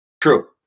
True